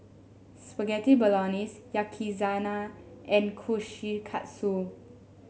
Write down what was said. Spaghetti Bolognese Yakizakana and Kushikatsu